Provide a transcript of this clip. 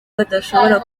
badashobora